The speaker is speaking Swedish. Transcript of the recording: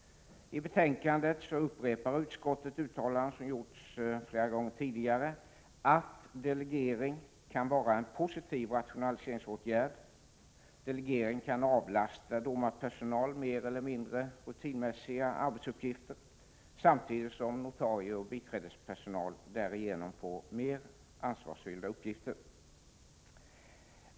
I betänkandet upprepar utskottet uttalanden som gjorts flera gånger tidigare, att delegering kan vara en positiv rationaliseringsåtgärd och att delegering kan avlasta domarpersonalen mer eller mindre rutinmässiga arbetsuppgifter, samtidigt som notarier och biträdespersonal därigenom får mer ansvarsfyllda uppgifter.